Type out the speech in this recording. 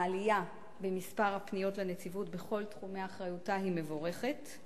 העלייה במספר הפניות לנציבות בכל תחומי אחריותה היא מבורכת.